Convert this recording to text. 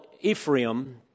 Ephraim